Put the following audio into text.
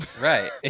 Right